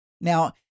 Now